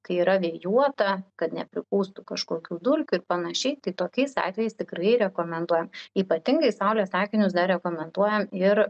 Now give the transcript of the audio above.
kai yra vėjuota kad nepripūstų kažkokių dulkių ir panašiai tai tokiais atvejais tikrai rekomenduojam ypatingai saulės akinius dar rekomenduojam ir